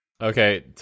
Okay